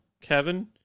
Kevin